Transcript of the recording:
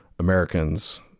Americans